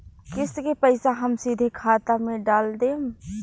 किस्त के पईसा हम सीधे खाता में डाल देम?